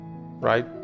right